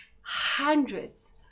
hundreds